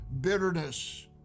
Bitterness